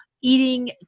eating